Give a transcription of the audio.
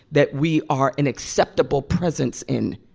that we are an acceptable presence in.